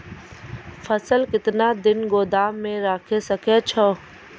फसल केतना दिन गोदाम मे राखै सकै छौ?